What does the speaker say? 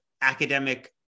Academic